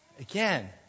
Again